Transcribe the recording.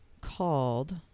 called